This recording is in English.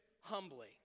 humbly